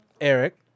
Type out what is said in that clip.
Eric